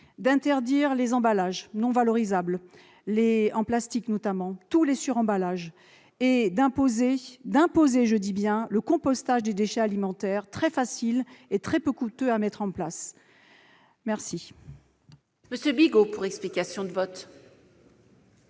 d'interdire les emballages non valorisables, en plastique notamment, et tous les suremballages, et d'imposer- j'insiste sur ce terme -le compostage des déchets alimentaires, très facile et très peu coûteux à mettre en place. Je